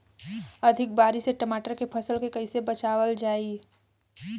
अधिक बारिश से टमाटर के फसल के कइसे बचावल जाई?